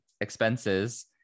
expenses